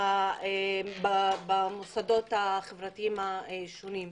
במוסדות החברתיים השונים.